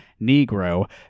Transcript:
Negro